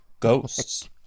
ghosts